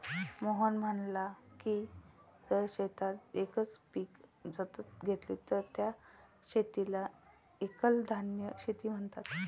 मोहन म्हणाला की जर शेतात एकच पीक सतत घेतले तर त्या शेताला एकल धान्य शेती म्हणतात